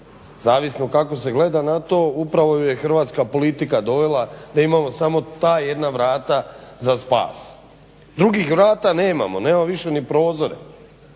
zavisno kako se gleda na to upravo ju je hrvatska politika dovela da imamo samo ta jedna vrata za spas. Drugih vrata nemamo, nemamo više ni prozore.